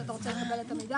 שאתה רוצה לקבל את המידע,